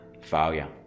failure